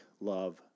love